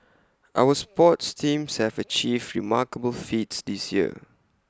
our sports teams have achieved remarkable feats this year